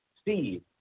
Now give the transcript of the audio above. Steve